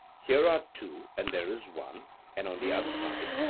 here are two and there is one and on the other side,